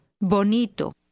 Bonito